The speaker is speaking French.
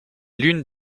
l’une